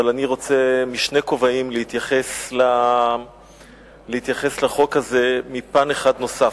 אבל אני רוצה ששני כובעים יתייחסו לחוק הזה מפן אחד נוסף,